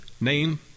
name